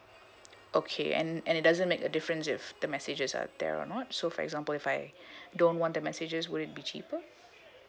okay and and it doesn't make a difference if the messages are there or not so for example if I don't want the messages would it be cheaper